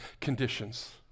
conditions